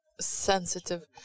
sensitive